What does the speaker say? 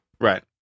Right